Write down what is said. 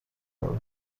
دارد